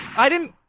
i didn't